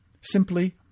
simply